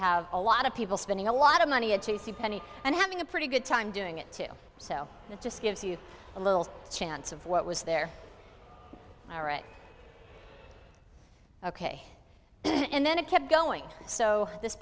have a lot of people spending a lot of money and to see penny and having a pretty good time doing it too so it just gives you a little chance of what was there all right ok and then it kept going so this